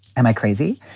am i crazy?